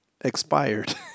expired